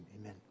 amen